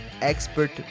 Expert